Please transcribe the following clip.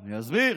אני אסביר.